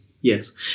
yes